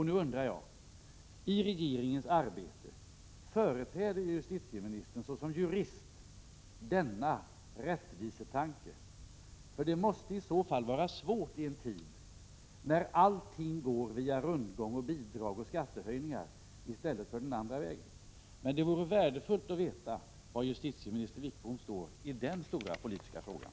Nu undrar jag: Företräder justitieministern i regeringen såsom jurist denna rättvisetanke? Det måste i så fall vara svårt i en tid när allting går via rundgång, bidrag och skattehöjningar i stället för den andra vägen. Det vore värdefullt att få veta var justitieminister Wickbom står i den stora politiska frågan.